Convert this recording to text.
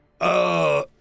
Uh